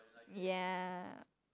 yea